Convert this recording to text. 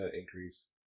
increase